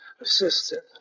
assistant